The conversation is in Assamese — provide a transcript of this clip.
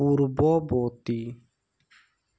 পূৰ্বৱৰ্তী